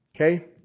Okay